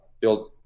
build